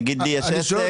נגיד לי יש עסק